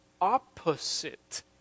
opposite